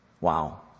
Wow